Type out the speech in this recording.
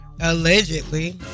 allegedly